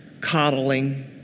coddling